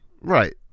right